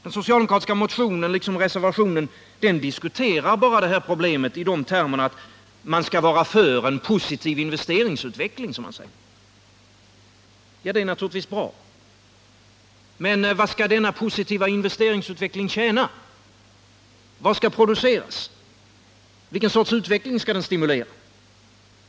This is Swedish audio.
Den socialdemokratiska motionen liksom reservationen diskuterar detta problem bara i termerna att banken skall vara för en positiv investeringsutveckling, som man säger, Ja, det är naturligtvis bra, men vad skall denna positiva investeringsutveckling tjäna? Vad skall produceras? Vilken sorts utveckling skall den stimulera?